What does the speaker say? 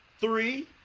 three